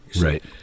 Right